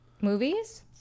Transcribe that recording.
Movies